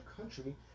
country